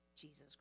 Jesus